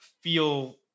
feel